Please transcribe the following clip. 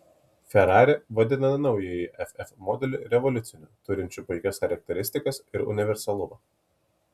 ferrari vadina naująjį ff modelį revoliuciniu turinčiu puikias charakteristikas ir universalumą